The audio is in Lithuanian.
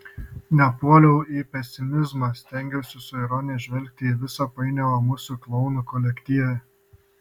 nepuoliau į pesimizmą stengiausi su ironija žvelgti į visą painiavą mūsų klounų kolektyve